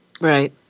Right